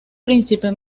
príncipe